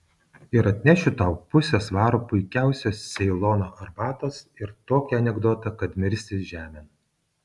ir atnešiu tau pusę svaro puikiausios ceilono arbatos ir tokį anekdotą kad mirsi žemėn